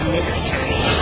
Mystery